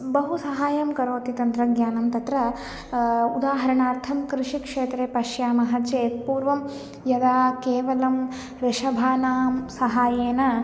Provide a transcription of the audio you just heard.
बहु सहायं करोति तन्त्रज्ञानं तत्र उदाहरणार्थं कृषिक्षेत्रे पश्यामः चेत् पूर्वं यदा केवलं वृषभाणां सहायेन